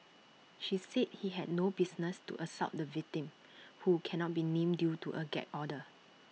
she said he had no business to assault the victim who cannot be named due to A gag order